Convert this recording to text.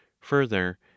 further